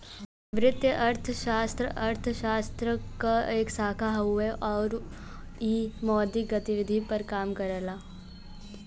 वित्तीय अर्थशास्त्र अर्थशास्त्र क एक शाखा हउवे आउर इ मौद्रिक गतिविधि पर काम करला